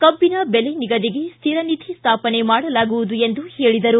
ಕಬ್ಬನ ಬೆಲೆ ನಿಗದಿಗೆ ಶ್ವಿರನಿಧಿ ಸ್ಥಾಪನೆ ಮಾಡಲಾಗುವುದು ಎಂದು ಹೇಳಿದರು